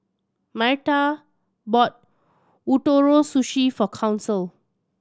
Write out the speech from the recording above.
Myrta bought Ootoro Sushi for Council